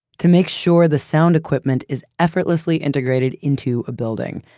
to make sure the sound equipment is effortlessly integrated into a building,